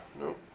Nope